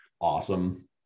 awesome